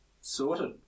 Sorted